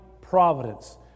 providence